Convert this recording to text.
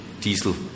diesel